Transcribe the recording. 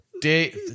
day